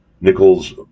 Nichols